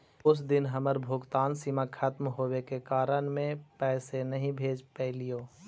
उस दिन हमर भुगतान सीमा खत्म होवे के कारण में पैसे नहीं भेज पैलीओ